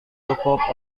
cukup